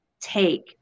take